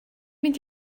mynd